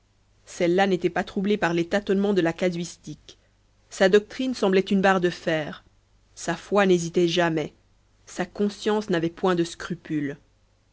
celle-là n'était pas troublée par les tâtonnements de la casuistique sa doctrine semblait une barre de fer sa foi n'hésitait jamais sa conscience n'avait point de scrupules